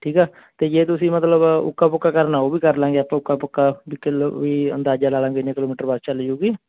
ਠੀਕ ਆ ਅਤੇ ਜੇ ਤੁਸੀਂ ਮਤਲਬ ਉਕਾ ਪੱਕਾ ਕਰਨਾ ਉਹ ਵੀ ਕਰ ਲਾਂਗੇ ਆਪਾਂ ਉਕਾ ਪੱਕਾ ਵੀ ਕਿਲੋ ਵੀ ਅੰਦਾਜਾ ਲਾ ਲਾਂਗੇ ਇੰਨੇ ਕਿਲੋਮੀਟਰ ਬੱਸ ਚੱਲ ਜਾਊਗੀ